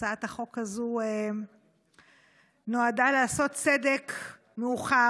הצעת החוק הזו נועדה לעשות צדק מאוחר,